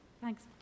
Thanks